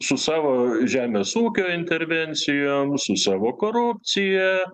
su savo žemės ūkio intervencijom su savo korupcija